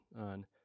on